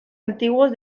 antiguos